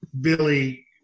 Billy